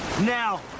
now